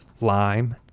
lime